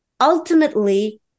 ultimately